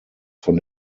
von